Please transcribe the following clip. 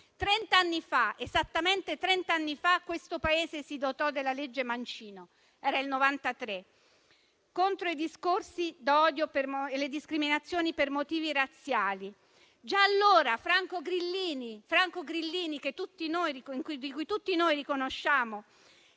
trent'anni fa, nel 1993, questo Paese si dotò della legge Mancino, contro i discorsi d'odio e le discriminazioni per motivi razziali. Già allora, Franco Grillini, di cui tutti noi riconosciamo